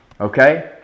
Okay